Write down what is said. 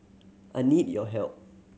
I need your help